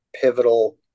pivotal